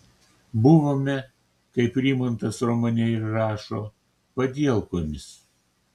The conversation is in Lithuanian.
buvome kaip rimantas romane ir rašo padielkomis